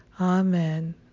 Amen